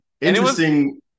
Interesting